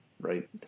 Right